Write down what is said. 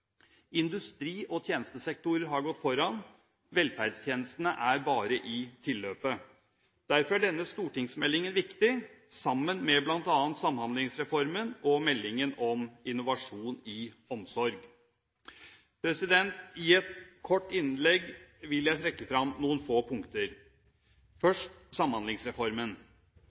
Industri og tjenestesektorer har gått foran. Velferdstjenestene er bare i tilløpet. Derfor er denne stortingsmeldingen viktig, sammen med bl.a. Samhandlingsreformen og meldingen om innovasjon i omsorg. I et kort innlegg vil jeg trekke fram noen få punkter. Først Samhandlingsreformen: